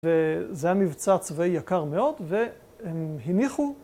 וזה היה מבצע צבאי יקר מאוד, והם הניחו